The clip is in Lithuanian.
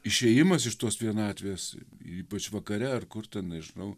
išėjimas iš tos vienatvės ypač vakare ar kur ten nežinau